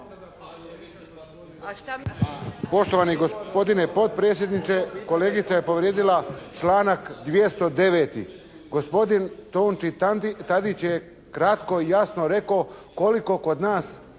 Poštovani gospodine potpredsjedniče. Kolegica je povrijedila članak 209. Gospodin Tonči Tadić je kratko i jasno rekao koliko kod nas